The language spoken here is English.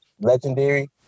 legendary